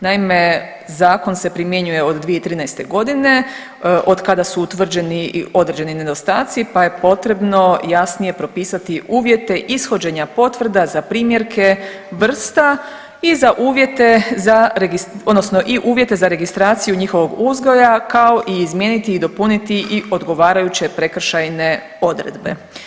Naime, Zakon se primjenjuje od 2013. g. od kada su utvrđeni određeni nedostaci pa je potrebno jasnije propisati uvjete ishođenja potvrda za primjerke vrsta i za uvjete za .../nerazumljivo/... odnosno i uvjete za registraciju njihovog uzgoja, kao i izmijeniti i dopuniti i odgovarajuće prekršajne odredbe.